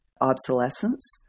obsolescence